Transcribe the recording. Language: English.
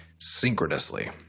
synchronously